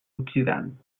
oxidant